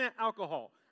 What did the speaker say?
alcohol